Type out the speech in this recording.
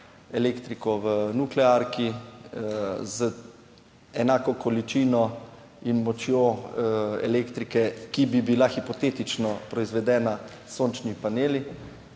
elektriko v nuklearki z enako količino in močjo elektrike, ki bi bila hipotetično proizvedena s sončnimi paneli.